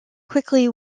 quickly